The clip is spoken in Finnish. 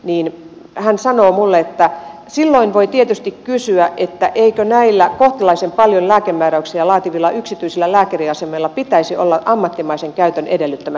niin että esitystä sanoi minulle että silloin voi tietysti kysyä että eikö näillä kohtalaisen paljon lääkemääräyksiä laativilla yksityisillä lääkäriasemilla pitäisi olla ammattimaisen käytön edellyttämät järjestelmät